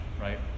right